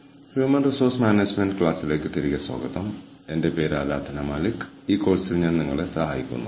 strategic human resource മാനേജ്മെന്റിന്റെ വിവിധ കോണുകൾ ഞാൻ നിങ്ങളുമായി പങ്കിട്ടു